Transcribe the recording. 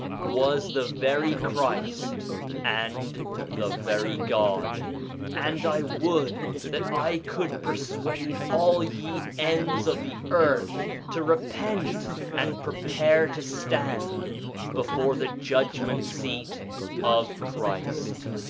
was the very christ and the very god and i would that i could persuade all ye ends of the earth to repent and prepare to stand before the judgment-seat of christ.